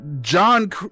John